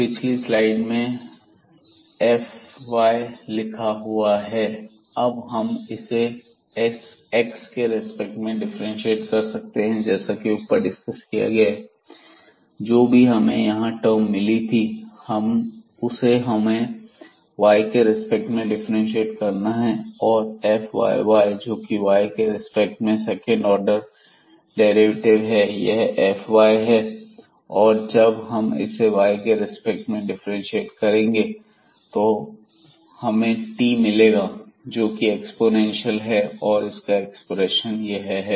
पिछली स्लाइड से fy लिखा हुआ है अब हम इसे x के रिस्पेक्ट में डिफ्रेंशिएट कर सकते हैं जैसा कि ऊपर डिस्कस किया गया है जो भी हमें यहां टर्म मिली थी उसे हमें y के रिस्पेक्ट में डिफ्रेंशिएट करना है और fyy जोकि y के रिस्पेक्ट में सेकंड ऑर्डर डेरिवेटिव है यह fy है और जब हम इसे y के रिस्पेक्ट में डिफ्रेंशिएट करेंगे दो हमें t मिलेगा जोकि एक्स्पोनेंशियल है और यह एक्सप्रेशन है